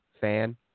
fan